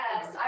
yes